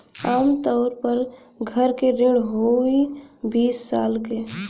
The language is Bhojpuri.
आम तउर पर घर के ऋण होइ बीस साल क